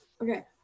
Okay